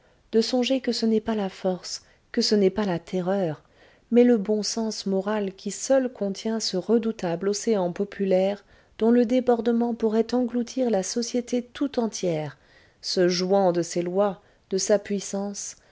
de songer que ce n'est pas la force que ce n'est pas la terreur mais le bon sens moral qui seul contient ce redoutable océan populaire dont le débordement pourrait engloutir la société tout entière se jouant de ses lois de sa puissance